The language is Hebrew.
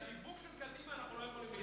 בשיווק של קדימה אנחנו לא יכולים להתחרות.